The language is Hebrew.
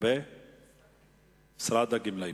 משרד הגמלאים.